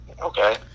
Okay